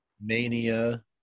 Mania